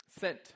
Sent